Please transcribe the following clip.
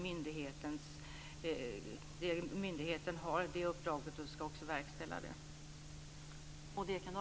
Myndigheten har uppdraget och skall verkställa det.